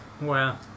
Wow